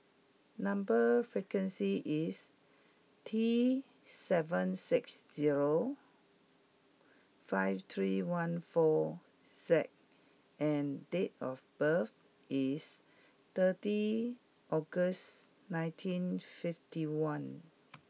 number sequence is T seven six zero five three one four Z and date of birth is thirty August nineteen fifty one